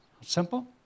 Simple